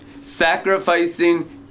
Sacrificing